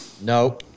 No